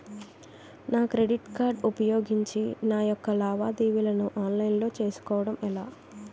నా credit card ఉపయోగించి నా యెక్క లావాదేవీలను ఆన్లైన్ లో చేసుకోవడం ఎలా?